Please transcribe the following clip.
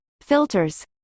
Filters